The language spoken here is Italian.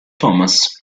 thomas